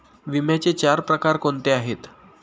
विम्याचे चार प्रकार कोणते आहेत?